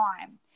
time